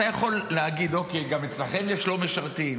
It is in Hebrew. אתה יכול להגיד, אוקיי, גם אצלכם יש לא משרתים.